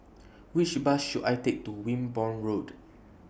Which Bus should I Take to Wimborne Road